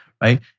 right